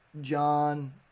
John